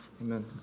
Amen